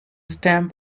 stamp